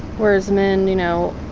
whereas men, you know,